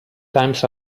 times